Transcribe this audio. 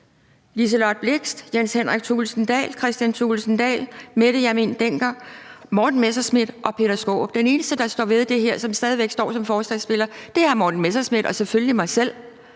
Liselott Blixt, Jens Henrik Thulesen Dahl, Kristian Thulesen Dahl, Mette Hjermind Dencker, Morten Messerschmidt og Peter Skaarup. Den eneste, der står ved det her og stadig væk står som forslagsstiller, er hr. Morten Messerschmidt og selvfølgelig mig selv.